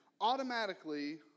automatically